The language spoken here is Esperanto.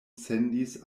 sendis